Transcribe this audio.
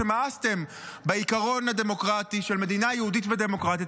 שמאסתם בעיקרון הדמוקרטי של מדינה יהודית ודמוקרטית,